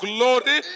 Glory